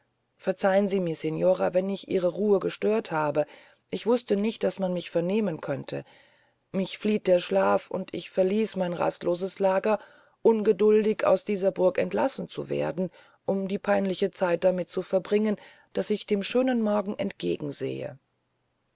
verzeihn sie mir signora wenn ich ihre ruhe gestört habe ich wuste nicht daß man mich vernehmen könnte mich flieht der schlaf und ich verließ mein rastloses lager ungeduldig aus dieser burg entlassen zu werden um die peinliche zeit damit zu verbringen daß ich dem schönen morgen entgegen